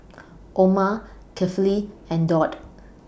Omar Kefli and Daud